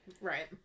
Right